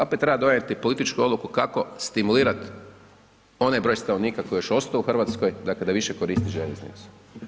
Opet treba donijeti političku odluku kako stimulirat onaj broj stanovnika koji je još ostao u Hrvatskoj dakle da više koristi željeznicu.